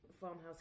farmhouse